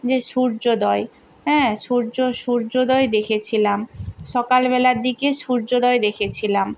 যে সূর্যোদয় হ্যাঁ সূর্য সূর্যোদয় দেখেছিলাম সকালবেলার দিকে সূর্যোদয় দেখেছিলাম